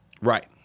Right